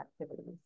activities